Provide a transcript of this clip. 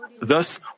Thus